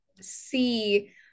see